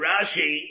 Rashi